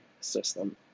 system